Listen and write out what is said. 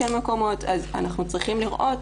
אז אנחנו צריכים לראות